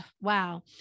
wow